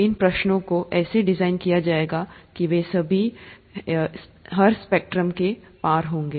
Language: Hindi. इन प्रश्नों को ऐसे डिज़ाइन किया जाएगा कि वे सभी हैं स्पेक्ट्रम के पार होंगे